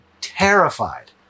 terrified